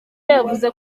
yavuze